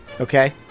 Okay